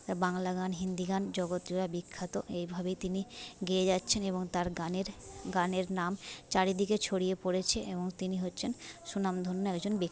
বাংলা গান হিন্দি গান জগৎ জোড়া বিখ্যাত এইভাবেই তিনি গেয়ে যাচ্ছেন এবং তার গানের গানের নাম চারিদিকে ছড়িয়ে পড়েছে এবং তিনি হচ্ছেন স্বনামধন্য একজন ব্যক্তি